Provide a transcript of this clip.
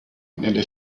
nelle